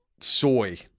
soy